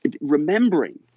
remembering